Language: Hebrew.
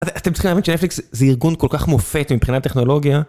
אתם אתם צריכים להבין שנטפליקס זה ארגון כל כך מופת מבחינת טכנולוגיה